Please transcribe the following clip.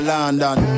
London